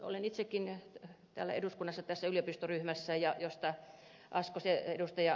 olen itsekin täällä eduskunnassa tässä yliopistoryhmässä josta ed